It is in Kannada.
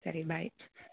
ಸರಿ ಬಾಯ್